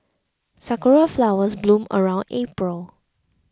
sakura flowers bloom around April